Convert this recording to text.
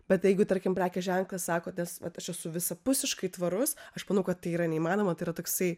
bet jeigu tarkim prekės ženklas sako nes vat aš esu visapusiškai tvarus aš manau kad tai yra neįmanoma tai yra toksai